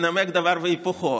תקימו ממשלה,